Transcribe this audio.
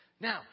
Now